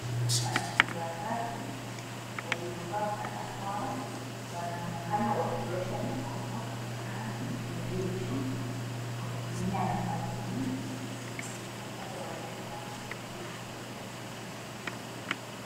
Wanafunzi watatu waliovaa barakoa wanaonekana wakiosha mikono katika mifereji wakitumia masabuni iliyo upande wa juu wa mfereji.